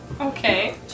Okay